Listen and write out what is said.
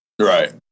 Right